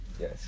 Yes